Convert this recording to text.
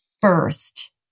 first